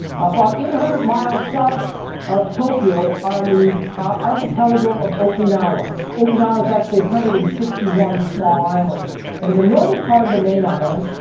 about eight hundred miles south of tokyo, on the archipelago of okinawa. okinawa is actually one hundred and sixty one small islands. and in the northern part of the main island,